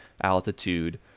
altitude